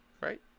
Right